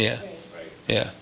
yeah yeah